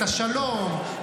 את השלום,